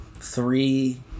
three